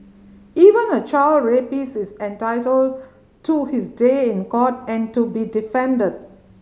even a child rapist is entitled to his day in court and to be defended